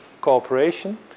cooperation